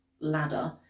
ladder